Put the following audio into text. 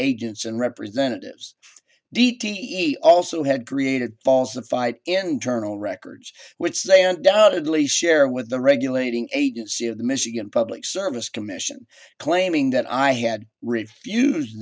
agents and representatives d t e also had created falsified and terminal records which they undoubtedly share with the regulating agency of the michigan public service commission claiming that i had refuse